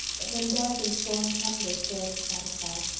but when dark and storm come they fail to satisfy.